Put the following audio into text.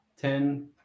ten